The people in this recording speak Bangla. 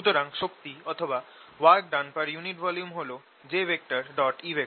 সুতরাং শক্তি অথবা work done per unit time হল j E